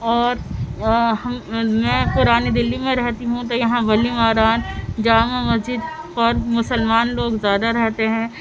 اور ہم میں پرانی دلی میں رہتی ہوں تو یہاں بلی ماران جامع مسجد پر مسلمان لوگ زیادہ رہتے ہیں